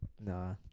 Nah